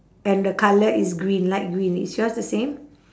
and the colour is green light green is yours the same